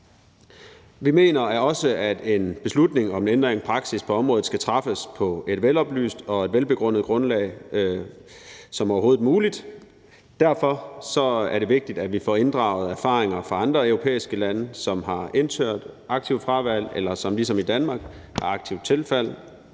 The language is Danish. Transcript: Vi mener også, at en beslutning om en ændring af praksis på området skal træffes på et så veloplyst og velbegrundet grundlag som overhovedet muligt. Derfor er det vigtigt, at vi får inddraget erfaringer fra andre europæiske lande, som har indført aktivt fravalg, eller som har aktivt tilvalg